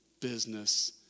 business